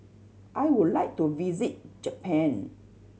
I would like to visit Japan